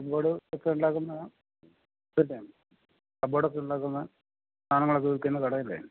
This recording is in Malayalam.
കബോഡ് ഒക്കെ ഉണ്ടാക്കുന്ന ഇതല്ലേ കാബോഡ് ഒക്കെ ഉണ്ടാക്കുന്ന സാധനങ്ങളൊക്കെ വില്ക്കുന്ന കടയല്ലേ